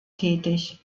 tätig